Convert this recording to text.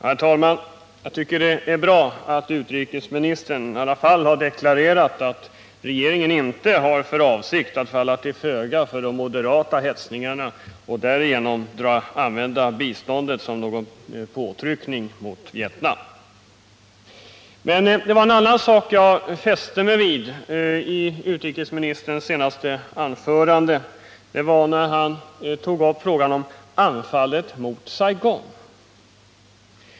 Herr talman! Jag tycker det är bra att utrikesministern i alla fall har deklarerat att regeringen inte har för avsikt att falla till föga för de moderata hetsningarna och därigenom använda biståndet som någon påtryckning mot Vietnam. Men det var en annan sak som jag fäste mig vid i utrikesministerns senaste anförande, och det var när han tog upp frågan om ”anfallet mot Saigon”.